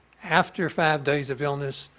after five days of illness,